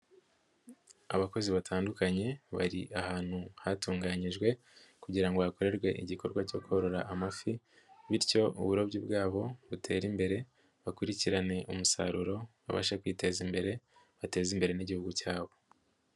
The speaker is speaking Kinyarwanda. Abakozi batandukanye bari ahantu hatunganyijwe kugira ngo hakorerwe igikorwa cyo korora amafi, bityo uburobyi bwabo butere imbere, bakurikirane umusaruro, babashe kwiteza imbere, bateze imbere n'Igihugu cyabo.